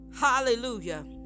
hallelujah